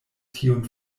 tiun